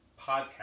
podcast